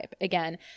Again